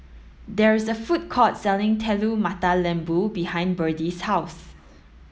There is a food court selling Telur Mata Lembu behind Berdie's house